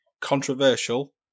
controversial